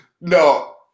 No